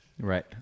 Right